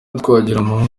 twagiramungu